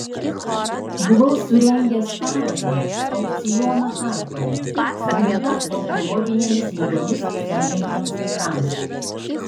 buvau surengęs parodą aukcioną charkove skirtą onkologinėmis ligomis sergantiems vaikams